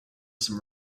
some